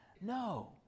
No